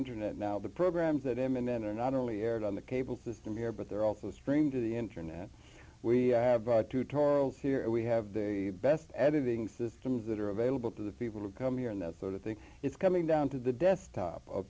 internet now the programs that him and then are not only aired on the cable system here but they're also streamed to the internet we have broad tutorials here and we have the best editing systems that are available to the people who come here and that sort of thing it's coming down to the desktop of